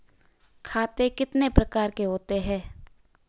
खाते कितने प्रकार के होते हैं?